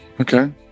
Okay